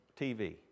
TV